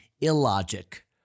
illogic